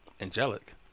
angelic